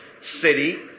city